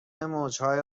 موجهای